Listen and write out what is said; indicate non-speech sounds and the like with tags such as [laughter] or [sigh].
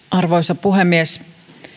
[unintelligible] arvoisa puhemies